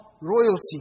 royalty